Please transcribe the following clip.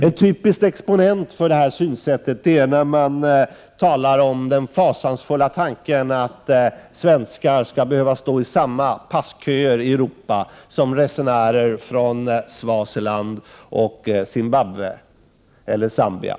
En typisk exponent för detta synsätt är när man talar om den fasansfulla tanken att svenskar i Europa skall behöva stå i samma passköer som resenärer från Swaziland, Zimbabwe eller Zambia.